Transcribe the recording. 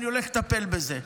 אני הולך לטפל בזה.